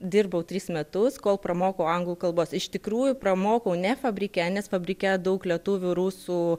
dirbau tris metus kol pramokau anglų kalbos iš tikrųjų pramokau ne fabrike nes fabrike daug lietuvių rusų